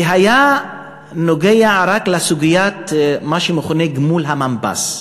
וזה נגע רק לסוגיית מה שמכונה גמול המנב"ס.